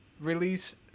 release